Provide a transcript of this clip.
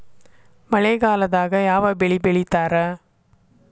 ಮಳೆಗಾಲದಾಗ ಯಾವ ಬೆಳಿ ಬೆಳಿತಾರ?